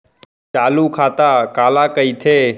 चालू खाता काला कहिथे?